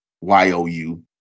Y-O-U